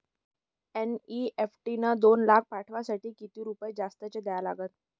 NEFT न दोन लाख पाठवासाठी किती रुपये जास्तचे द्या लागन?